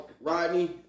Rodney